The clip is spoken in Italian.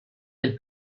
del